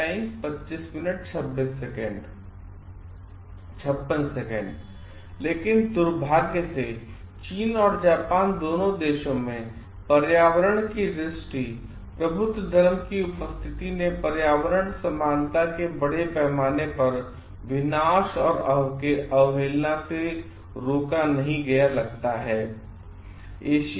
लेकिनदुर्भाग्यसे चीन और जापान दोनों देशों में पर्यावरण की दृष्टि प्रबुद्ध धर्म की उपस्थिति ने पर्यावरणीय समानता को बड़े पैमाने पर विनाश और अवहेलना से रोका नहीं गया लगता है